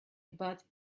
about